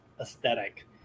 aesthetic